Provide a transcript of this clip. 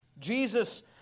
Jesus